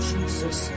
Jesus